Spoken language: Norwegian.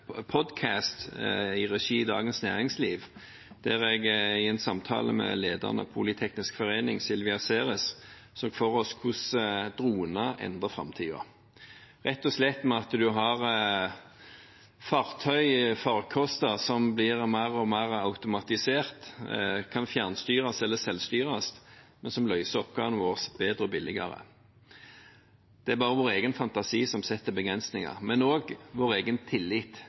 podkast i regi av Dagens Næringsliv, der jeg og lederen av Polyteknisk Forening, Silvija Seres, i en samtale så for oss hvordan droner endrer framtiden, rett og slett ved at man har fartøy og farkoster som blir mer og mer automatisert, som kan fjernstyres eller selvstyres, og som løser oppgavene våre bedre og billigere. Det er bare vår egen fantasi som setter begrensninger – og vår egen tillit